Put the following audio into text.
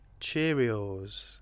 Cheerios